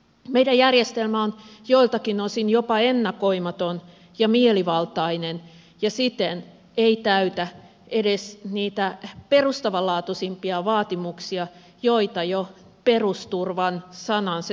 meidän järjestelmämme on joiltakin osin jopa ennakoimaton ja mielivaltainen ja siten ei täytä edes niitä perustavanlaatuisimpia vaatimuksia joita jo perusturva sanan se turva osuus edellyttää